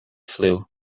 flu